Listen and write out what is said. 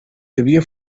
devia